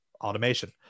automation